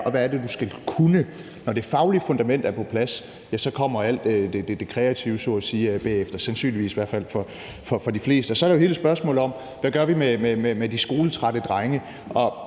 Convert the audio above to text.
og hvad er det, du skal kunne? Når det faglige fundament er på plads, ja, så kommer alt det kreative så at sige bagefter sandsynligvis for de fleste. Og så er der hele spørgsmålet om, hvad vi gør med de skoletrætte drenge.